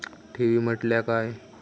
ठेवी म्हटल्या काय?